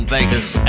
Vegas